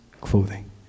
clothing